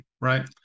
right